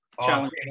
challenge